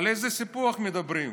על איזה סיפוח מדברים?